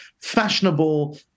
fashionable